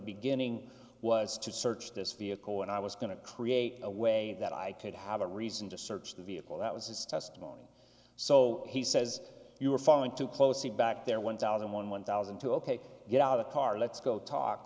beginning was to search this vehicle and i was going to create a way that i could have a reason to search the vehicle that was his testimony so he says you were following too closely back there one thousand one one thousand two ok get out of the car let's go talk